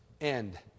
end